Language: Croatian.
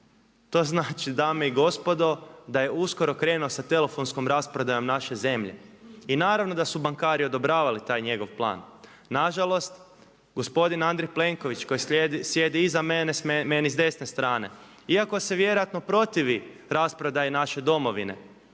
To znači dame i gospodo da je uskoro krenuo sa telefonskom rasprodajom naše zemlje. I naravno da su bankari odobravali taj njegov plan. Na žalost, gospodin Andrej Plenković koji sjedi iza mene meni s desne strane, iako se vjerojatno protivi rasprodaji naše Domovine